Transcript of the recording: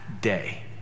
day